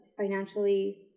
financially